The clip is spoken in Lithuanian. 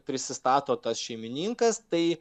prisistato tas šeimininkas tai